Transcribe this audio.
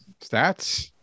Stats